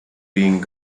being